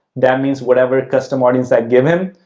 that means whatever custom audience i'd given,